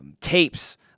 tapes